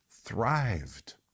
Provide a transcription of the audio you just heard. thrived